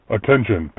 Attention